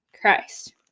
Christ